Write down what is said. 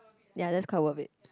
ya that's quite worth it